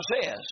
says